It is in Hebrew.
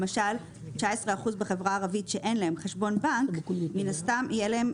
למשל: 19 אחוז בחברה הערבית שאין להם חשבון בנק יהיה להם,